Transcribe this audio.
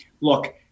look